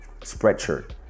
spreadshirt